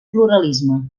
pluralisme